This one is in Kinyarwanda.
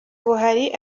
buhari